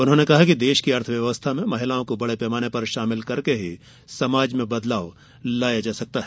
उन्होंने कहा कि देश की अर्थव्यवस्था में महिलाओं को बड़े पैमाने पर शामिल करके ही समाज में बदलाव लाया जा सकता है